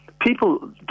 People